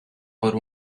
por